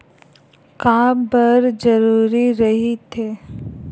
का बार जरूरी रहि थे?